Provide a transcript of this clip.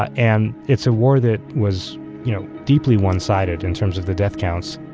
and it's a war that was you know deeply one-sided in terms of the death counts.